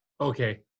Okay